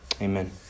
Amen